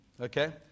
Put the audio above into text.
Okay